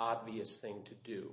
obvious thing to do